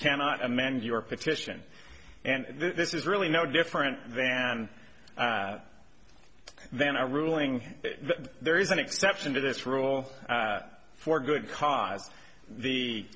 cannot amend your petition and this is really no different than than a ruling that there is an exception to this rule for good cause the